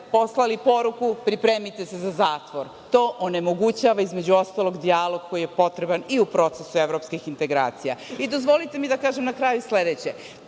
poslali poruku – pripremite se za zatvor. To onemogućava dijalog koji je potreban i u procesu evropskih integracija. Dozvolite mi da kažem na kraju sledeće.